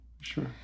sure